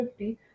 50